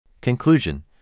Conclusion